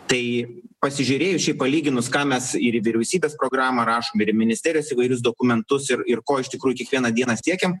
tai pasižiūrėjus šiaip palyginus ką mes ir į vyriausybės programą rašom ir į ministerijas įvairius dokumentus ir ir ko iš tikrųjų kiekvieną dieną siekiam